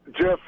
Jeff